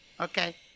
Okay